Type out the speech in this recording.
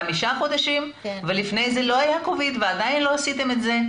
חמישה חודשים ולפני זה לא היה covid ועדיין לא עשיתם את זה.